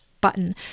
button